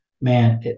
man